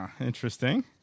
Interesting